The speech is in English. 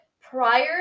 prior